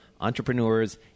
entrepreneurs